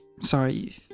Sorry